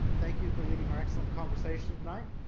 thank you for leading our excellent conversation tonight.